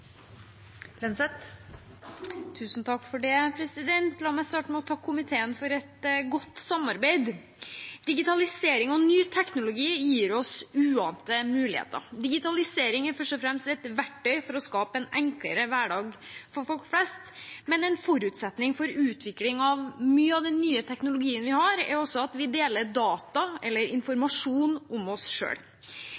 å takke komiteen for et godt samarbeid. Digitalisering og ny teknologi gir oss uante muligheter. Digitalisering er først og fremst et verktøy for å skape en enklere hverdag for folk flest, men en forutsetning for utvikling av mye av den nye teknologien vi har, er også at vi deler data, eller